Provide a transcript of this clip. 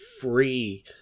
free